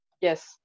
Yes